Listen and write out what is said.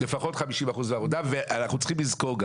אנחנו צריכים לזכור: